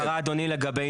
גם אם נלך לשיטתך,